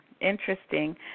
interesting